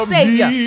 Savior